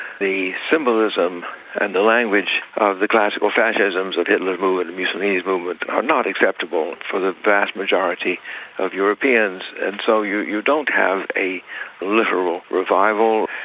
the symbolism and the language of the classical fascisms of hitler's movement and mussolini's movement are not acceptable for the vast majority of europeans. and so you don't don't have a literal revival,